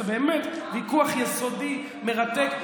באמת ויכוח יסודי ומרתק,